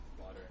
water